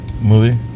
movie